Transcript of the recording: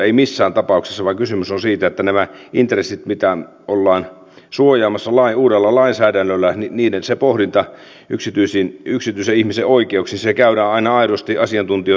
ei missään tapauksessa vaan kysymys on siitä että nämä intressit mitä ollaan suojaamassa uudella lainsäädännöllä se pohdinta yksityisen ihmisen oikeuksista käydään aina aidosti asiantuntijoita kuullen